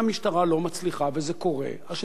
אז שתגייס לעזרתה את שירות הביטחון הכללי,